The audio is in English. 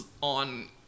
on